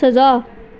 ਸਜ਼ਾ